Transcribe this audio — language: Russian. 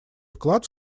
вклад